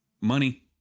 Money